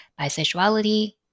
bisexuality